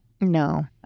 No